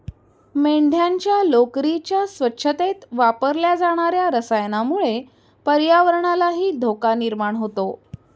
मेंढ्यांच्या लोकरीच्या स्वच्छतेत वापरल्या जाणार्या रसायनामुळे पर्यावरणालाही धोका निर्माण होतो